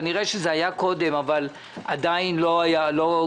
כנראה שזה היה קודם אבל עדיין לא גובש.